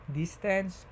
distance